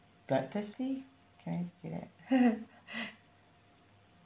bloodthirsty can I say that